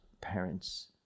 parents